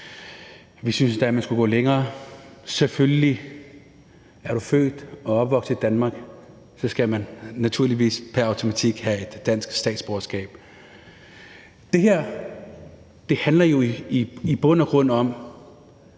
Vi synes endda, at man skulle gå længere. Er man født og opvokset i Danmark, skal man naturligvis pr. automatik have et dansk statsborgerskab. Det her handler jo i bund og grund om,